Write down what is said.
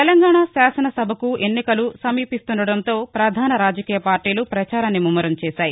తెలంగాణ శాసనసభకు ఎన్నికలు సమీపిస్తుండటంతో పధాన రాజకీయ పార్టీలు పచారాన్ని ముమ్మరం చేశాయి